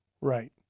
Right